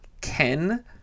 Ken